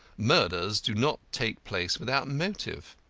murders do not take place without motive.